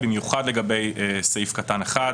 במיוחד לגבי סעיף קטן (1).